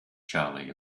charlie